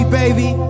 baby